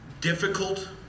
difficult